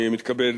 אני מתכבד